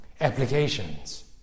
applications